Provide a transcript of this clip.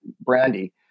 Brandy